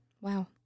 Wow